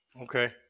okay